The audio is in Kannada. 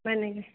ಮನೆಗೆ